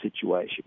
situation